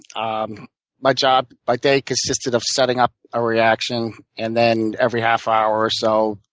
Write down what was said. um my job by day consisted of setting up a reaction, and then every half hour or so,